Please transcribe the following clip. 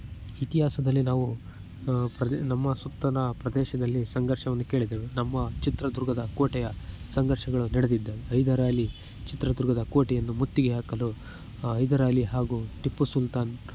ಇತಿಹಾಸದಲ್ಲಿ ನಾವು ನಮ್ಮ ಸುತ್ತಲಿನ ಪ್ರದೇಶದಲ್ಲಿ ಸಂಘರ್ಷವನ್ನು ಕೇಳಿದ್ದೇವೆ ನಮ್ಮ ಚಿತ್ರದುರ್ಗದ ಕೋಟೆಯ ಸಂಘರ್ಷಗಳು ನಡೆದಿದ್ದವು ಹೈದರಾಲಿ ಚಿತ್ರದುರ್ಗದ ಕೋಟೆಯನ್ನು ಮುತ್ತಿಗೆ ಹಾಕಲು ಹೈದರಾಲಿ ಹಾಗು ಟಿಪ್ಪು ಸುಲ್ತಾನ್